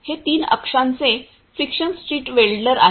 हे तीन अक्षांचे फ्रिक्शन स्ट्रीट वेल्डर आहे